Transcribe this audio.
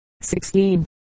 sixteen